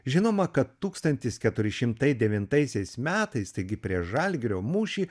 žinoma kad tūkstantis keturi šimtai devintaisiais metais taigi prieš žalgirio mūšį